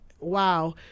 wow